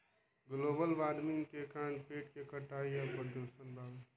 global warming के कारण पेड़ के कटाई आ प्रदूषण बावे